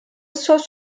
söz